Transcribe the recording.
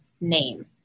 name